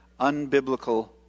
unbiblical